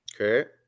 okay